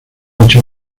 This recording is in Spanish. nicho